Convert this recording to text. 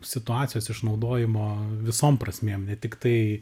situacijos išnaudojimo visom prasmėm ne tiktai